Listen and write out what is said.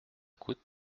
coûte